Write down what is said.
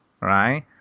right